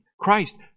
Christ